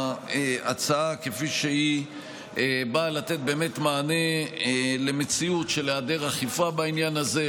ההצעה כפי שהיא באה לתת מענה למציאות של היעדר אכיפה בעניין הזה,